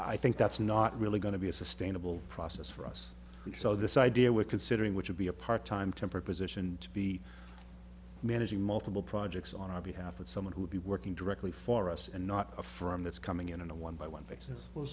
i think that's not really going to be a sustainable process for us so this idea we're considering which would be a part time temporary position to be managing multiple projects on our behalf with someone who would be working directly for us and not a from that's coming in and a one by one basis